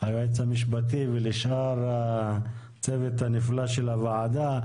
היועץ המשפטי ולשאר הצוות הנפלא של הוועדה.